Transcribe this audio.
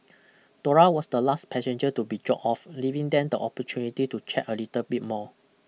Dora was the last passenger to be dropped off leaving them the opportunity to chat a little bit more